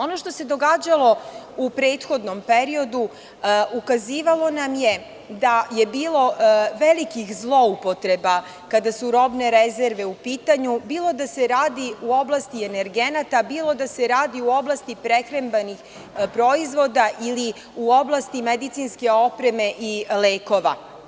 Ono što se događalo u prethodnom periodu ukazivalo nam je da je bilo velikih zloupotreba kada su robne rezerve u pitanju, bilo da se radi u oblasti energenata, bilo da se radi u oblasti prehrambenih proizvoda ili u oblasti medicinske opreme i lekova.